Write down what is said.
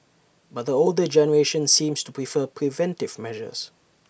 but the older generation seems to prefer preventive measures